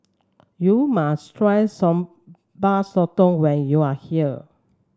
you must try Sambal Sotong when you are here